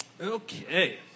Okay